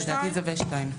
לדעתי זה ו-(2).